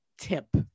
tip